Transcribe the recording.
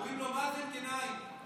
קוראים לו מאזן גנאים.